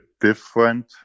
different